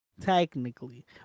Technically